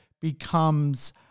becomes